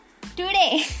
today